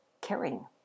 caring